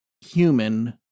human